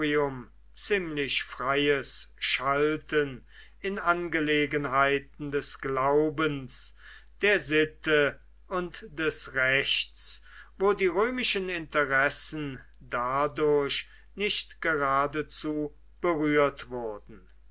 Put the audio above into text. ziemlich freies schalten in angelegenheiten des glaubens der sitte und des rechts wo die römischen interessen dadurch nicht geradezu berührt wurden